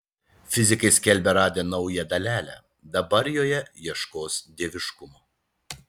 fizikai skelbia radę naują dalelę dabar joje ieškos dieviškumo